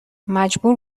مجبور